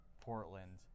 Portland